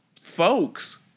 folks